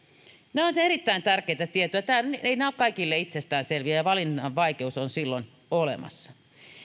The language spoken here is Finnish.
nämä olisivat erittäin tärkeitä tietoja eivät nämä ole kaikille itsestäänselviä ja valinnan vaikeus on silloin olemassa